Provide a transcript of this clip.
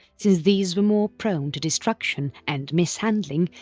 since these were more prone to destruction and mishandling,